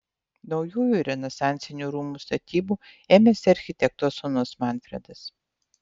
naujų renesansinių rūmų statybų ėmėsi architekto sūnus manfredas